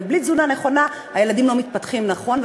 וללא תזונה נכונה הילדים לא מתפתחים נכון,